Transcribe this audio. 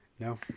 No